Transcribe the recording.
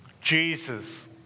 Jesus